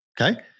Okay